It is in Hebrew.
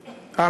אבל,